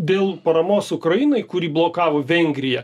dėl paramos ukrainai kurį blokavo vengrija